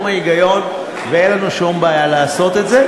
ההיגיון ואין לנו שום בעיה לעשות את זה,